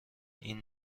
این